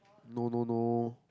no no no